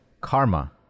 karma